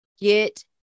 get